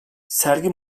sergi